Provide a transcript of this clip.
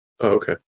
okay